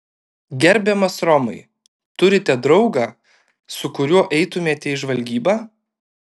gerbiamas romai turite draugą su kuriuo eitumėte į žvalgybą